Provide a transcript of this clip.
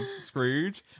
Scrooge